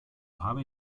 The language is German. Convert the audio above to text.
habe